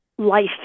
life